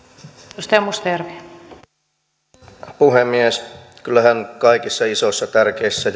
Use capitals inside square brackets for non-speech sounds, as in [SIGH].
arvoisa puhemies kyllähän kaikissa isoissa tärkeissä [UNINTELLIGIBLE]